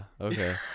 okay